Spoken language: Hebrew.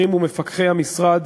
החרימו מפקחי משרד